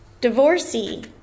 divorcee